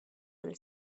will